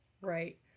right